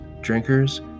drinkers